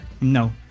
No